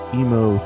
Emo